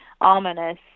ominous